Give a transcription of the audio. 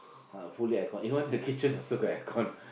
fully aircon even the kitchen also got aircon